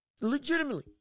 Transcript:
Legitimately